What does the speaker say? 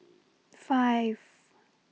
five